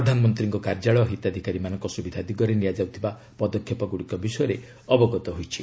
ପ୍ରଧାନମନ୍ତ୍ରୀଙ୍କ କାର୍ଯ୍ୟାଳୟ ହିତାଧିକାରୀମାନଙ୍କ ସୁବିଧା ଦିଗରେ ନିଆଯାଉଥିବା ପଦକ୍ଷେପଗୁଡ଼ିକ ବିଷୟରେ ଅବଗତ ହୋଇଛି